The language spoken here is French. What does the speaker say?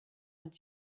vingt